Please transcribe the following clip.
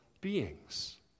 beings